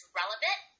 relevant